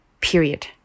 period